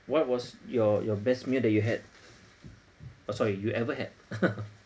what was your your best meal that you had uh sorry you ever had